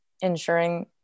Ensuring